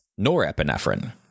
norepinephrine